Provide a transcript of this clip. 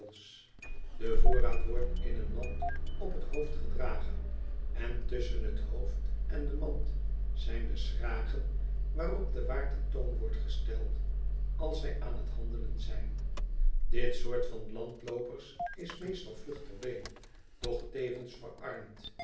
de voorraad wordt in een mand op t hoofd gedragen en tusschen t hoofd en de mand zijn de schragen waarop de waar ten toon wordt gesteld als zij aan t handelen zijn dit soort van landloopers is meestal vlug ter been doch tevens verarmd